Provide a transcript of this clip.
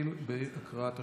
להתחיל בהקראת השמות.